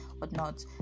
whatnot